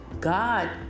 God